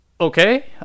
okay